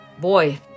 boy